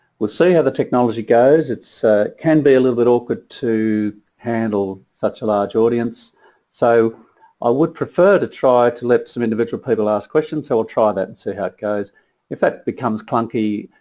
we'll see how the technology goes its can be a little bit awkward to handle such a large audience so i would prefer to try to let some individual people ask questions. so we'll try that and see how it goes. if that becomes clunky,